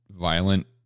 violent